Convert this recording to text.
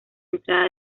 entrada